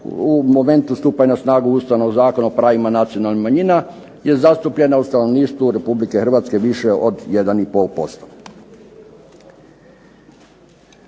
u momentu stupanja na snagu Ustavnog zakona o pravima nacionalnih manjina je zastupljena u stanovništvu Republike Hrvatske više od 1,5%.